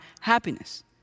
happiness